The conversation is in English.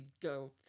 go